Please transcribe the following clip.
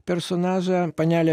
personažą panelę